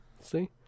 See